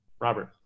Robert